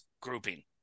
grouping